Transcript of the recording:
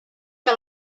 que